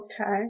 Okay